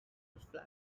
parker